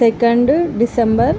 second December